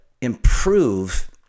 improve